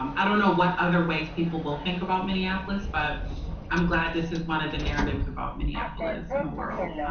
um i don't know what other ways people will think about minneapolis, but i'm glad this is one of the narratives about minneapolis in the world.